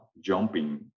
jumping